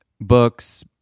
books